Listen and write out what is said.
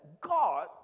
God